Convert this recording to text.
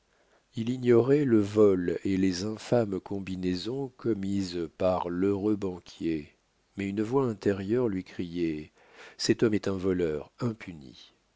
il ignorait le vol et les infâmes combinaisons commises par l'heureux banquier mais une voix intérieure lui criait cet homme est un voleur impuni